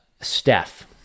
Steph